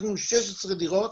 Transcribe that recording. יש לנו 16 דירות